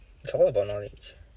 it's a lot about knowledge